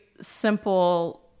simple